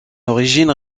origine